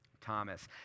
Thomas